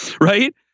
right